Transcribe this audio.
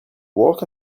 work